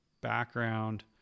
background